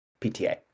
PTA